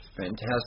Fantastic